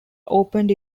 opened